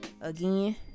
Again